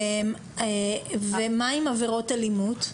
ומה עם עבירות אלימות?